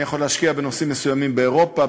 יכול להשקיע בנושאים מסוימים באירופה,